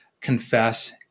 confess